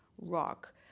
rock